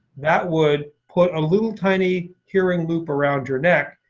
that would put a little tiny hearing loop around your neck.